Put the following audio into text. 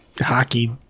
hockey